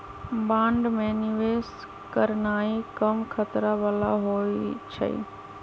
bond में निवेश करनाइ कम खतरा बला होइ छइ